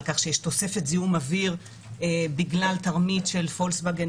על כך שיש תוספת זיהום אוויר בגלל תרמית של וולקסווגן,